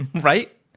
Right